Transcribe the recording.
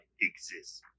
exists